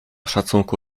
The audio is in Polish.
szacunku